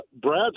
Brad